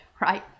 right